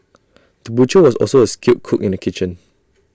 the butcher was also A skilled cook in the kitchen